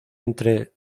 entre